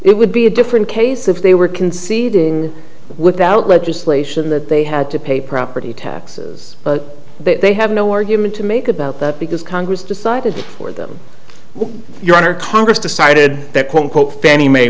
it would be a different case if they were conceding without legislation that they had to pay property taxes but they have no argument to make about that because congress decided for them your honor congress decided that quote unquote fa